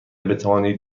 بتوانید